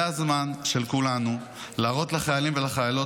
זה הזמן של כולנו להראות לחיילים ולחיילות